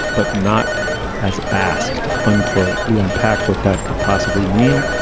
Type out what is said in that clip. but not has asked. unquote. we unpack what that could possibly mean.